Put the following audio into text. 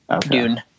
Dune